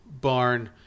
barn